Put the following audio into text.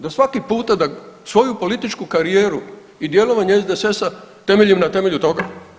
Da svaki puta da svoju političku karijeru i djelovanje SDSS-a temeljem na temelju toga.